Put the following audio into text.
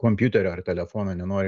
kompiuterio ar telefono nenori